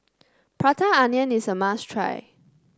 Prata Onion is a must try